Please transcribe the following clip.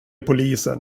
polisen